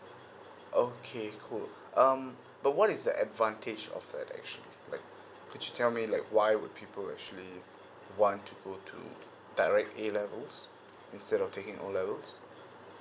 okay cool um but what is the advantage of that actually like could you tell me like why would people actually want to go to direct A levels instead of taking O levels